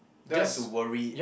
don't have to worry